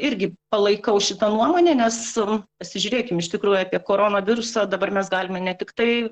irgi palaikau šitą nuomonę nes pasižiūrėkim iš tikrųjų apie koronavirusą dabar mes galime ne tiktai